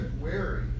wary